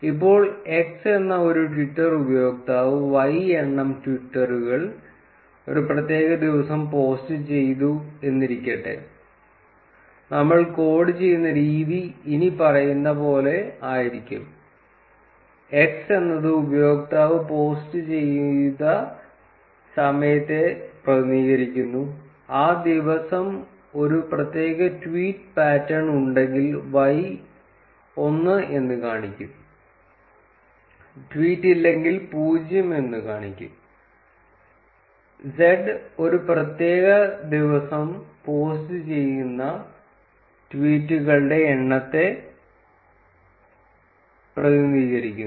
ഇപ്പോൾ x എന്ന ഒരു ട്വിറ്റർ ഉപയോക്താവ് y എണ്ണം ട്വീറ്റുകൾ ഒരു പ്രത്യേക ദിവസം പോസ്റ്റ് ചെയ്തു എന്നിരിക്കട്ടെ നമ്മൾ കോഡ് ചെയ്യുന്ന രീതി ഇനി പറയുന്ന പോലെ ആയിരിക്കും x എന്നത് ഉപയോക്താവ് പോസ്റ്റ് ചെയ്ത സമയത്തെ പ്രതിനിധീകരിക്കുന്നു ആ ദിവസം ഒരു പ്രത്യേക ട്വീറ്റ് പാറ്റേൺ ഉണ്ടെങ്കിൽ y ഒന്നു എന്ന് കാണിക്കും ട്വീറ്റ് ഇല്ലെങ്കിൽ പൂജ്യം എന്ന് കാണിക്കും z ഒരു പ്രത്യേക ദിവസം പോസ്റ്റ് ചെയ്യുന്ന ട്വീറ്റുകളുടെ എണ്ണത്തെ പ്രതിനിധീകരിക്കും